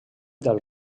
del